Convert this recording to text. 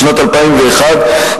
בשנת 2001,